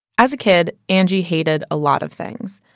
as a kid, angie hated a lot of things.